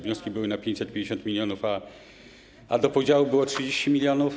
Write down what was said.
Wnioski były na 550 mln, a do podziału było 30 mln.